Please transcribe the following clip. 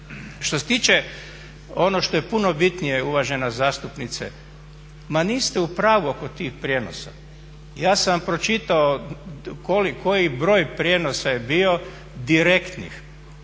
Što se tiče ono što je puno bitnije uvažena zastupnice ma niste u pravu oko tih prijenosa. Ja sam vam pročitao koji broj prijenosa je bio direktnih. Mi smo